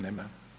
Nema.